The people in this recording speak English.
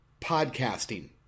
podcasting